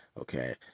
Okay